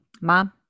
mom